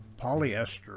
polyester